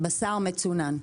בשר מצונן.